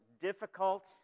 difficult